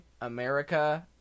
America